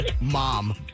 mom